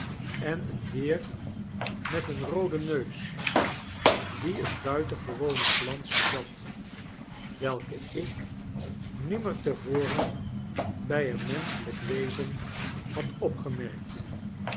en een heer met een rooden neus die een buitengewonen glans bezat welken ik nimmer te voren bij een menschelijk wezen had opgemerkt